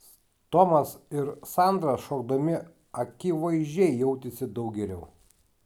tomas ir sandra šokdami akivaizdžiai jautėsi daug geriau